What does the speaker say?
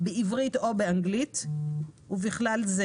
בעברית או באנגלית) ובכלל זה